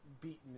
beaten